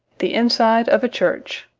the inside of a church.